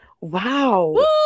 wow